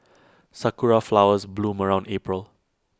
Sakura Flowers bloom around April